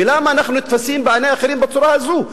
ולמה אנחנו נתפסים בעיני אחרים בצורה הזו.